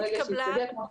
וברגע שתתקבל --- בסדר,